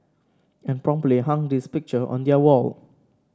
and promptly hung his picture on their wall